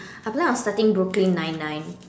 I feel like on starting Brooklyn nine nine